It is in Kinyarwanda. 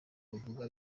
uvuga